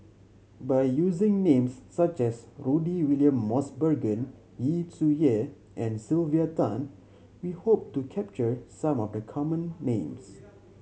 by using names such as Rudy William Mosbergen Yu Zhuye and Sylvia Tan we hope to capture some of the common names